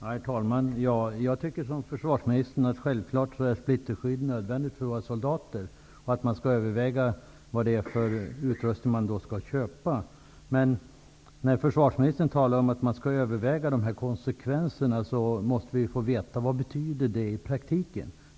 Herr talman! Jag tycker som försvarsministern, att splitterskyddet självklart är nödvändigt för våra soldater och att man skall överväga vilken utrustning som skall köpas. Men när försvarsministern talar om att man skall överväga konsekvenserna, måste vi få veta vad det betyder i praktiken.